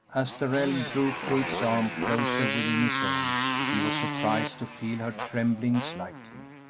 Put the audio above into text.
as darrell drew kate's arm closer within his own he was surprised to feel her trembling slightly,